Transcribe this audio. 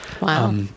Wow